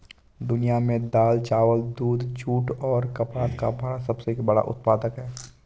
दुनिया में दाल, चावल, दूध, जूट और कपास का भारत सबसे बड़ा उत्पादक है